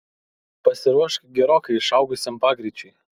pasiruošk gerokai išaugusiam pagreičiui